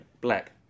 black